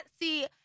see